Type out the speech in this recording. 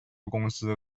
公司